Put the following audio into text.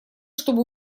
чтобы